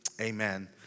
amen